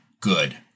good